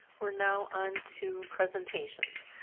we're now onto presentations.